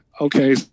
okay